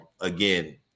Again